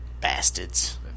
Bastards